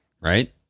Right